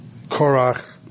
Korach